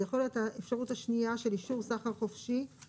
יכול להיות שהאפשרות השנייה של אישור סחר חופשי,